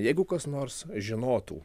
jeigu kas nors žinotų